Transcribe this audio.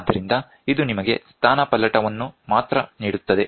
ಆದ್ದರಿಂದ ಇದು ನಿಮಗೆ ಸ್ಥಾನಪಲ್ಲಟವನ್ನು ಮಾತ್ರ ನೀಡುತ್ತದೆ